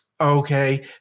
okay